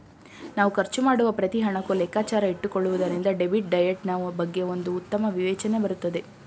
ನಾವ್ ಖರ್ಚು ಮಾಡುವ ಪ್ರತಿ ಹಣಕ್ಕೂ ಲೆಕ್ಕಾಚಾರ ಇಟ್ಟುಕೊಳ್ಳುವುದರಿಂದ ಡೆಬಿಟ್ ಡಯಟ್ ನಾ ಬಗ್ಗೆ ಒಂದು ಉತ್ತಮ ವಿವೇಚನೆ ಬರುತ್ತದೆ